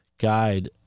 guide